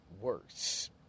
worse